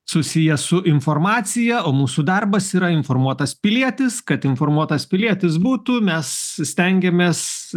susiję su informacija o mūsų darbas yra informuotas pilietis kad informuotas pilietis būtų mes stengiamės